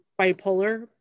bipolar